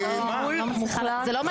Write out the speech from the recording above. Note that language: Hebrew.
זה לא משהו חדש.